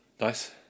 Nice